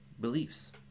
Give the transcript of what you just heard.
beliefs